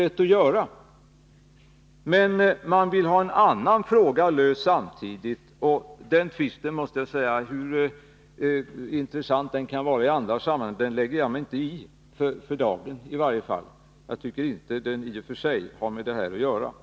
Men landstinget vill samtidigt ha en annan fråga löst. Den tvisten lägger jag mig för dagen inte i — hur intressant den än kan vara i andra sammanhang — eftersom den inte har med detta att göra.